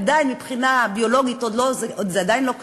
עדיין מבחינה ביולוגית זה עדיין לא קרה,